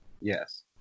Yes